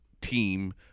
team